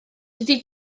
dydi